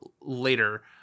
later